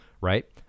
right